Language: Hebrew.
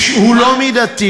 החוק הזה הוא לא מידתי,